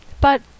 but